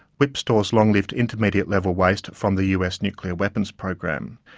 wipp stores long-lived, intermediate-level waste from the us nuclear weapons program.